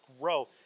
grow